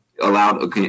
allowed